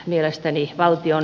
mielestäni kiire